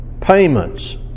payments